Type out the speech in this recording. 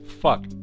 Fuck